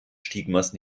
stigmas